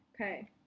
Okay